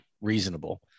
reasonable